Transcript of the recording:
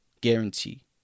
Guarantee